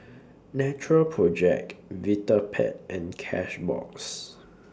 Natural Project Vitapet and Cashbox